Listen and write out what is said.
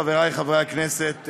חברי חברי הכנסת,